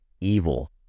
evil